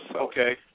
Okay